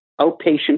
outpatient